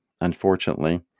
unfortunately